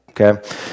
Okay